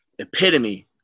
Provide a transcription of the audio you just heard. epitome